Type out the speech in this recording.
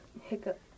Hiccup